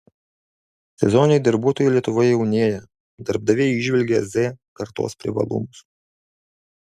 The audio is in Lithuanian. sezoniniai darbuotojai lietuvoje jaunėja darbdaviai įžvelgia z kartos privalumus